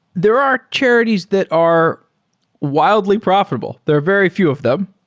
there are charities that are wildly profitable. there are very few of them,